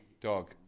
Dog